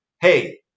hey